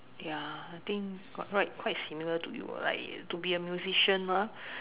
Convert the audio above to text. ya I think quite quite similar to you lah like to be a musician mah